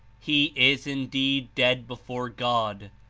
he is indeed dead before god,